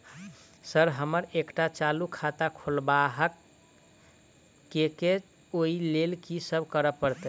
Sir हमरा एकटा चालू खाता खोलबाबह केँ छै ओई लेल की सब करऽ परतै?